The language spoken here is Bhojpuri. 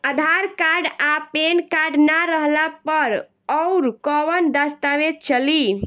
आधार कार्ड आ पेन कार्ड ना रहला पर अउरकवन दस्तावेज चली?